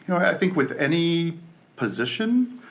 i think with any position,